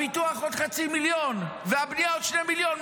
הפיתוח, עוד 0.5 מיליון, והבנייה, עוד 2 מיליון.